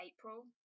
April